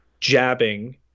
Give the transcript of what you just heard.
jabbing